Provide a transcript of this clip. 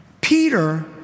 Peter